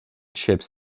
ships